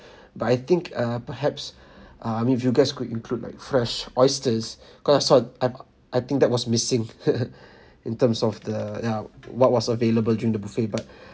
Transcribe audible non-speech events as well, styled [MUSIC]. [BREATH] but I think uh perhaps [BREATH] um if you guys could include like fresh oysters [BREATH] cause sort I I think that was missing [LAUGHS] in terms of the ya what was available during the buffet but